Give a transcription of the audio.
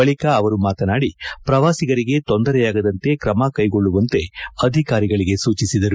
ಬಳಿಕ ಅವರು ಮಾತನಾಡಿಪ್ರವಾಸಿಗರಿಗೆ ತೊಂದರೆಯಾಗದಂತೆ ಕ್ರಮ ಕೈಗೊಳ್ಳುವಂತೆ ಅಧಿಕಾರಿಗಳಿಗೆ ಸೂಚಿಸಿದರು